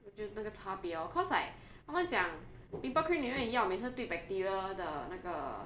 就那个差别 orh because like 他们讲 pimple cream 里面的药每次对 bacteria 的那个